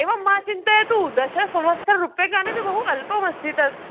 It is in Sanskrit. एवं मा चिन्तयतु दशसहस्ररूप्यकाणि तु बहु अल्पमस्ति तद्